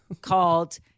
called